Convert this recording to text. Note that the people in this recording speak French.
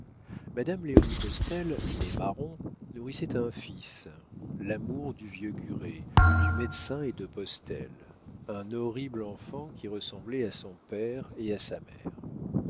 madame léonie postel née marron nourrissait un fils l'amour du vieux curé du médecin et de postel un horrible enfant qui ressemblait à son père et à sa mère